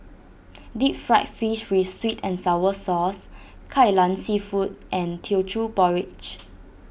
Deep Fried Fish with Sweet and Sour Sauce Kai Lan Seafood and Teochew Porridge